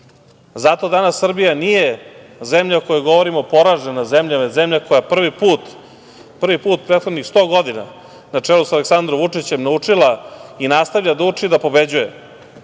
danas Srbija nije zemlja o kojoj govorimo poražena zemlja, nego zemlja koja prvi put u prethodnih 100 godina na čelu sa Aleksandrom Vučićem je naučila i nastavlja da uči da pobeđuje,